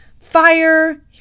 fire